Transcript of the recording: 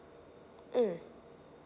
mm